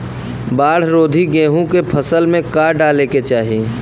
बाढ़ रोधी गेहूँ के फसल में का डाले के चाही?